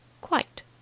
Quite